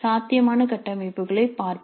சாத்தியமான கட்டமைப்புகளைப் பார்ப்போம்